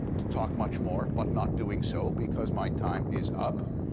to talk much more, but not doing so because my time is up,